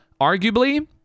Arguably